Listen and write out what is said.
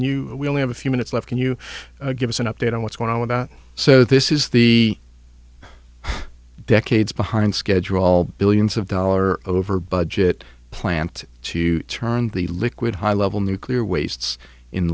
you we only have a few minutes left can you give us an update on what's going on about so this is the decades behind schedule all billions of dollars over budget plant to turn the liquid high level nuclear wastes in